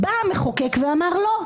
בא המחוקק ואמר: לא,